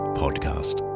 podcast